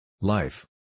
Life